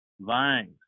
vines